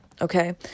okay